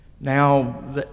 Now